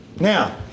Now